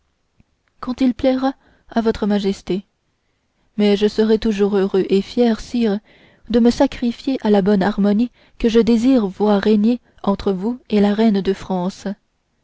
quand il plaira à votre majesté mais je serai toujours heureux et fier sire de me sacrifier à la bonne harmonie que je désire voir régner entre vous et la reine de france